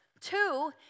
Two